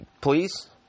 Please